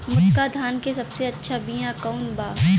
मोटका धान के सबसे अच्छा बिया कवन बा?